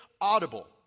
audible